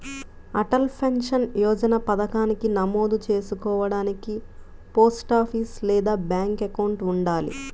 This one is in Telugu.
అటల్ పెన్షన్ యోజన పథకానికి నమోదు చేసుకోడానికి పోస్టాఫీస్ లేదా బ్యాంక్ అకౌంట్ ఉండాలి